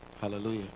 hallelujah